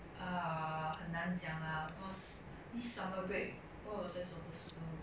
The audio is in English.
err 很难讲 lah cause this summer break what was I supposed to do